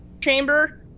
chamber